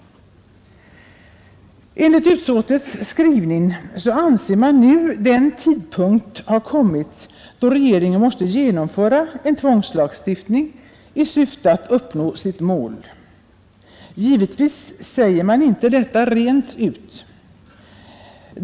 Enligt utskottets skrivning anser man nu tidpunkten ha kommit, då regeringen måste genomföra en tvångslagstiftning i syfte att uppnå sitt mål. Givetvis säger man inte detta rent ut.